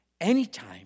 anytime